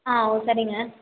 ஆ ஓ சரிங்க